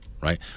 right